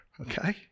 okay